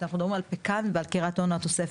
אנחנו מדברים על פקאן ועל קריית אונו התוספת.